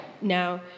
now